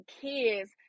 kids